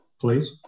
Please